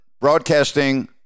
broadcasting